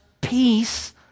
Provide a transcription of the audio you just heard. peace